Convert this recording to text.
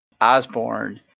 osborne